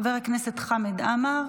חבר הכנסת חמד עמאר,